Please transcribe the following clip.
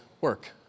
work